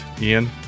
Ian